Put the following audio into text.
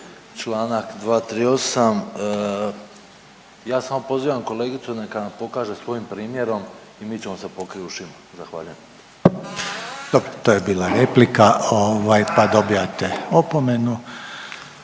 Članak 238., ja samo pozivam kolegicu neka nam pokaže svojim primjerom i mi ćemo se pokrit ušima. Zahvaljujem. **Reiner, Željko (HDZ)** Dobro,